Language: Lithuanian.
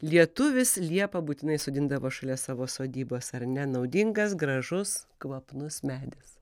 lietuvis liepą būtinai sodindavosi šalia savo sodybos ar ne naudingas gražus kvapnus medis